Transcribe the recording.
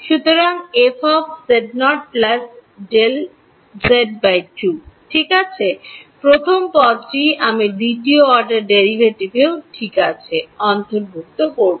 সুতরাং ঠিক আছে প্রথম পদটি আমি দ্বিতীয় অর্ডার ডেরিভেটিভ ঠিক আছেও অন্তর্ভুক্ত করব